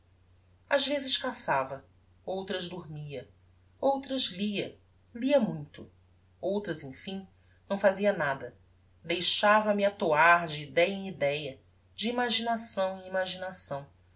ás vezes caçava outras dormia outras lia lia muito outras emfim não fazia nada deixava-me atoar de idéa em idéa de imaginação em imaginação